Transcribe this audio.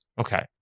Okay